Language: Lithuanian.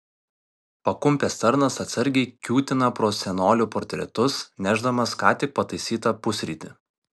pakumpęs tarnas atsargiai kiūtina pro senolių portretus nešdamas ką tik pataisytą pusrytį